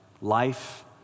life